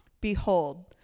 Behold